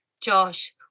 Josh